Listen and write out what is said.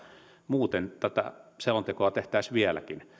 muuten tätä selontekoa tehtäisiin vieläkin